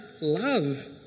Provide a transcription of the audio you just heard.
love